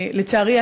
לצערי,